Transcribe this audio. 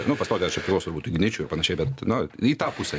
nu pastotė čia priklauso turbūt igničiui ir panašiai bet nu į tą pusę